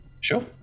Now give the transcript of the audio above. Sure